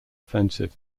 offensive